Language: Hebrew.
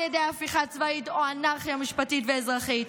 ידי הפיכה צבאית או אנרכיה משפטית ואזרחית.